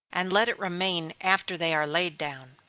and let it remain after they are laid down.